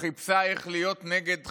חיפשה איך להיות נגד חרדים.